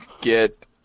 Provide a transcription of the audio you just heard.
get